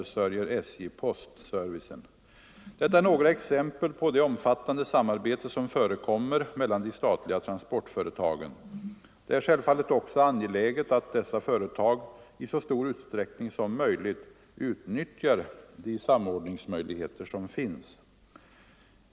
Detta är några exempel på det omfattande samarbete som förekommer mellan de statliga transportföretagen. Det är självfallet också angeläget att dessa företag i så stor utsträckning som möjligt utnyttjar de samordningsmöjligheter som finns.